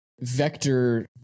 vector